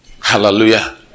Hallelujah